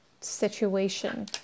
situation